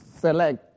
Select